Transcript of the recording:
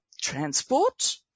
transport